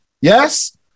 yes